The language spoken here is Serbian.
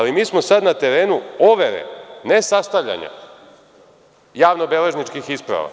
Mi smo sada na terenu overe, ne sastavljanja javnobeležničkih isprava.